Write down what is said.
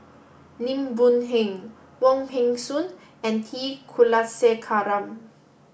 Lim Boon Heng Wong Peng Soon and T Kulasekaram